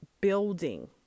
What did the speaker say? building